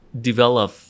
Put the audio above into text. develop